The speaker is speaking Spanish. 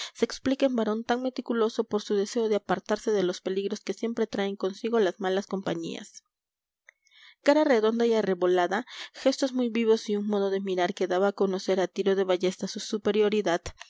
se explica en varón tan meticuloso por su deseo de apartarse de los peligros que siempre traen consigo las malas compañías cara redonda y arrebolada gestos muy vivos y un modo de mirar que daba a conocer a tiro de ballesta su superioridad